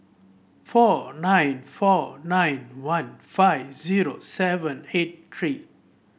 four nine four nine one five zero seven eight three